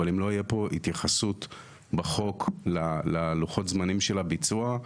אבל אם תהיה פה התייחסות בחוק ללוחות הזמנים של הביצוע,